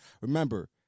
Remember